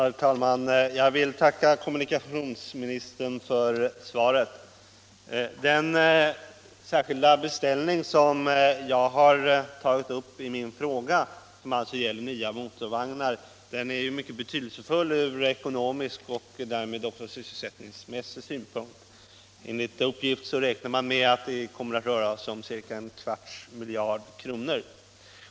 Herr talman! Jag vill tacka kommunikationsministern för svaret. Den särskilda beställning som jag har tagit upp i min fråga, som alltså gäller nya motorvagnar, är mycket betydelsefull från ekonomisk och därmed också sysselsättningsmässig synpunkt. Enligt uppgift räknar man med att det kommer att röra sig om ca en kvarts miljard kronor.